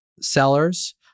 sellers